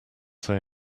say